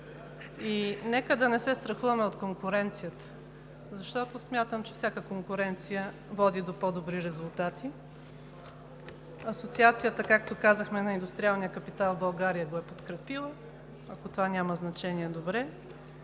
и нека да не се страхуваме от конкуренцията, защото смятам, че всяка конкуренция води до по-добри резултати. Асоциацията на индустриалния капитал в България, както казахме, го е подкрепила. Ако това няма значение – добре.